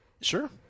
Sure